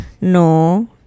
No